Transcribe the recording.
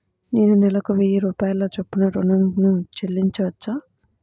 నేను నెలకు వెయ్యి రూపాయల చొప్పున ఋణం ను చెల్లించవచ్చా?